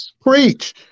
Preach